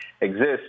exist